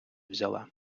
взяла